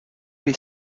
les